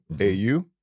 AU